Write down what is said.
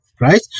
right